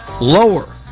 lower